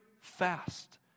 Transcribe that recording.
fast